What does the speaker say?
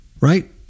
right